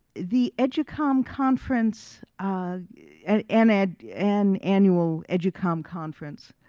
the educom conference and, and and annual educom conference